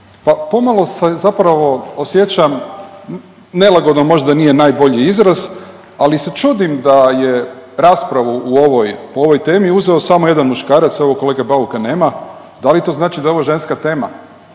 Pa pomalo se zapravo osjećam nelagodno, možda nije najbolji izraz ali se čudim da je raspravu o ovoj temi uzeo samo jedan muškarac. Evo kolege Bauka nema. Da li to znači da je ovo ženska tema.